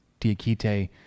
Diakite